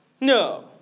No